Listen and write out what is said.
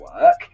work